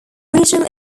regional